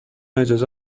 اجازه